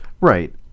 Right